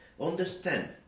understand